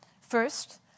First